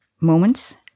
moments